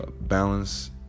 Balance